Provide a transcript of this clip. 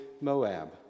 Moab